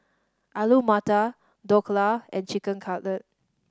Alu Matar Dhokla and Chicken Cutlet